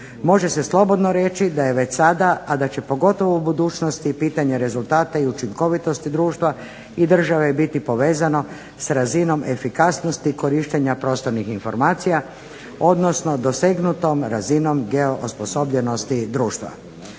Može se slobodno reći da je već sada, a da će pogotovo u budućnosti i pitanje rezultata i učinkovitosti društva i države biti povezano sa razinom efikasnosti korištenja prostornih informacija odnosno dosegnutom razinom geo osposobljenosti društva.